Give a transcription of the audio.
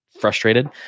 frustrated